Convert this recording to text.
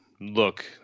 look